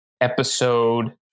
episode